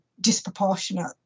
disproportionate